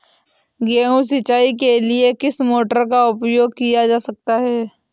गेहूँ सिंचाई के लिए किस मोटर का उपयोग किया जा सकता है?